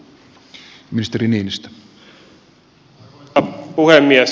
arvoisa puhemies